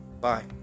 bye